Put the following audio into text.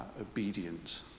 obedient